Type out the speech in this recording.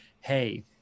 hey